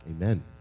Amen